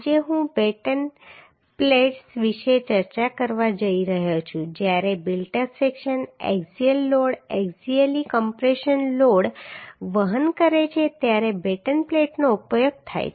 આજે હું batten plates વિશે ચર્ચા કરવા જઈ રહ્યો છું જ્યારે built up section axially load axially compression load વહન કરે છે ત્યારે બેટન પ્લેટનો ઉપયોગ થાય છે